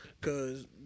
Cause